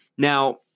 Now